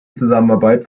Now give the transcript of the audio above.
zusammenarbeit